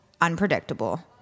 unpredictable